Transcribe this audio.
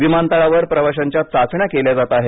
विमानतळावर प्रवाशांच्या चाचण्या केल्या जात आहेत